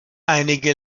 einige